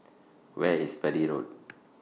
Where IS Parry Road